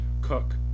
Cook